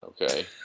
okay